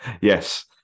Yes